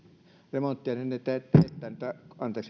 remontteja teettävät niitä